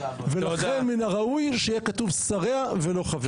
ולכן מן הראוי שיהיה כתוב 'שריה' ולא 'חבריה'.